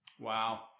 Wow